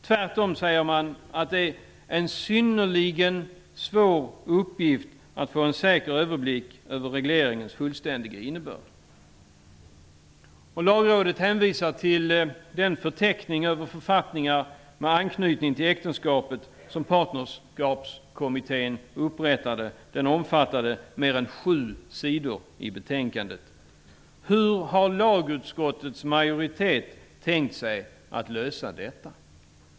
Tvärtom, säger Lagrådet, är det en synnerligen svår uppgift att få en säker överblick över regleringens fullständiga innebörd. Lagrådet hänvisar till den förteckning över författningar med anknytning till äktenskapet som Partnerskapskommittén upprättade. Den omfattade mer än sju sidor i betänkandet. Hur har lagutskottets majoritet tänkt sig att lösa detta?